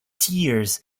tears